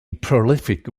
prolific